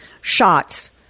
shots